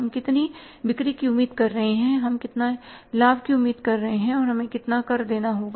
हम कितनी बिक्री की उम्मीद कर रहे हैं हम कितना लाभ की उम्मीद कर रहे हैं और हमें कितना कर देना होगा